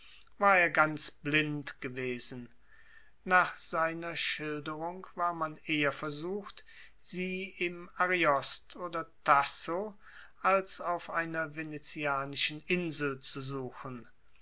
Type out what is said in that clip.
war er ganz blind gewesen nach seiner schilderung war man eher versucht sie im ariost oder tasso als auf einer venezianischen insel zu suchen